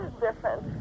different